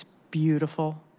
beautiful.